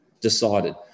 decided